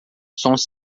sons